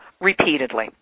repeatedly